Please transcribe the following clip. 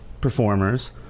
performers